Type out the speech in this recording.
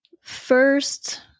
first